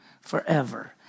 forever